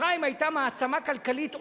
מצרים היתה מעצמה כלכלית עולמית,